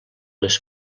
les